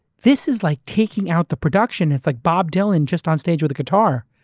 this is like taking out the production. it's like bob dylan just on stage with a guitar.